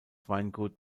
weingut